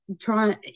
try